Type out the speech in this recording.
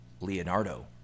Leonardo